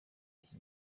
iki